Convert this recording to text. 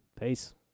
peace